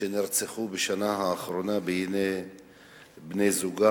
שנרצחו בשנה האחרונה בידי בני-זוגן,